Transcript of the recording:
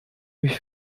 mich